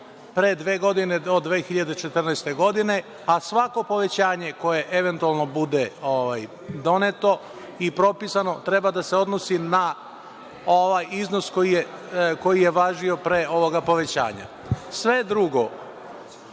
pre dve godine, do 2014. godine, a svako povećanje koje eventualno bude doneto i propisano treba da se odnosi na ovaj iznos koji je važio pre ovog povećanja. Sve drugo